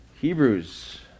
Hebrews